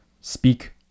speak